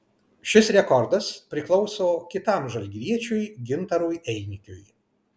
šis rekordas priklauso kitam žalgiriečiui gintarui einikiui